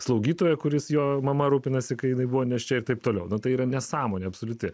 slaugytoja kuris jo mama rūpinasi kai jinai buvo nėščia ir taip toliau tai yra nesąmonė absoliuti